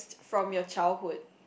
from your childhood